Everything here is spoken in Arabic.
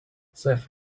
صفر